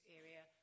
area